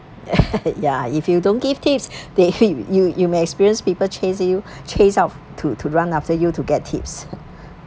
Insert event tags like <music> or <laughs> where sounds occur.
<laughs> ya if you don't give tips they <noise> you you may experience people chase you chase off to to run after you to get tips